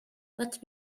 but